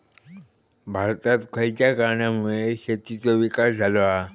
भारतात खयच्या कारणांमुळे शेतीचो विकास झालो हा?